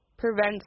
Prevents